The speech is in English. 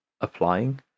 applying